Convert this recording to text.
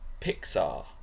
Pixar